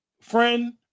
friend